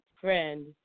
friend